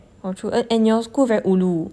yeah true and and your school very ulu